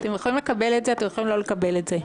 אתם יכולים לקבל את זה, אתם יכולים לא לקבל את זה,